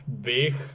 big